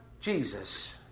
Jesus